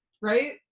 right